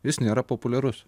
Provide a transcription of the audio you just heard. jis nėra populiarus